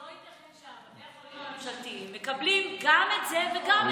לא ייתכן שבתי החולים הממשלתיים מקבלים גם את זה וגם את זה.